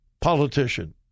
politician